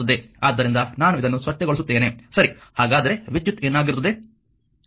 ಆದ್ದರಿಂದ ನಾನು ಇದನ್ನು ಸ್ವಚ್ಛಗೊಳಿಸುತ್ತೇನೆ ಸರಿ ಹಾಗಾದರೆ ವಿದ್ಯುತ್ ಏನಾಗಿರುತ್ತದೆ